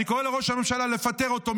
אני קורא לראש הממשלה לפטר אותו.